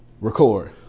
Record